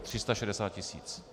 360 tisíc.